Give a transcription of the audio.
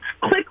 click